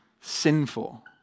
sinful